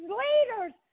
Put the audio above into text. leaders